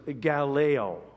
Galileo